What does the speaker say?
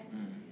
mm